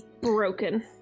broken